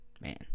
Man